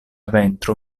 ventro